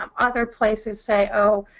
um other places say, oh,